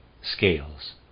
scales